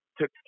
took